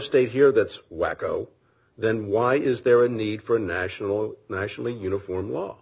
state here that's wacko then why is there a need for a national nationally uniform law